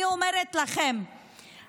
אני אומרת לכם,